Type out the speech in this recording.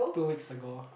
two weeks ago